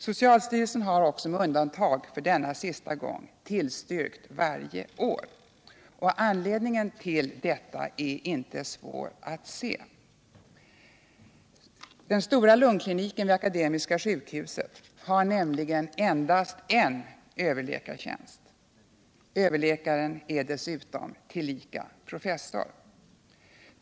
Socialstyrelsen har också med undantag för denna senaste gång tillstyrkt varje år, och anledningen till detta är inte svår att se. Den stora lungkliniken vid Akademiska sjukhuset har nämligen endast en överläkartjänst. Överläkaren är dessutom tillika professor.